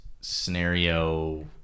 scenario